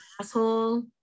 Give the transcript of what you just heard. Asshole